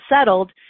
settled